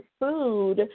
food